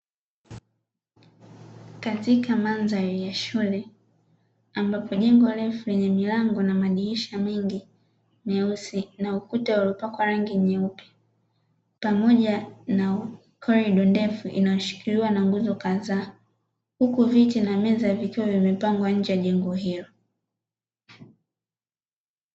Katika madhari ya shule ambapo jengo refu yenye milango na madirisha mengi meusi na ukuta waliopakwa rangi nyeupe, pamoja na korido ndefu inayoshikiliwa na nguzo kadhaa huku viti na meza ya vituo vimepangwa nje ya jengo hilo.